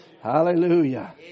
Hallelujah